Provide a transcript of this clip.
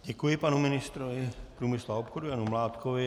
Děkuji panu ministrovi průmyslu a obchodu Janu Mládkovi.